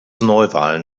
neuwahlen